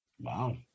Wow